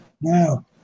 now